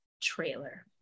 trailer